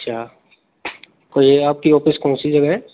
अच्छा तो ये आपकी ऑफिस कौन सी जगह है